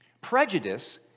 Prejudice